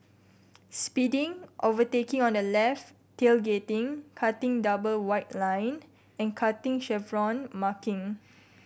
speeding overtaking on the left tailgating cutting double white line and cutting chevron marking